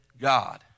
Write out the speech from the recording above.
God